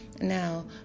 now